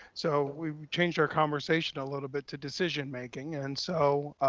so we changed our conversation a little bit to decision making and so,